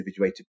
individuated